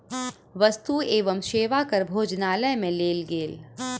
वस्तु एवं सेवा कर भोजनालय में लेल गेल